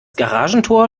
garagentor